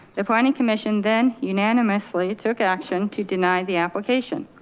the planning commission then unanimously took action to deny the application.